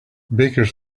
bakers